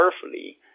carefully